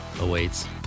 awaits